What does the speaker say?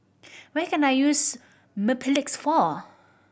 what can I use Mepilex for